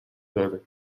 داره